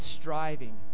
striving